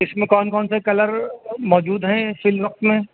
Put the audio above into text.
اس میں کون کون سےا کلر موجود ہیں فیل وقت میں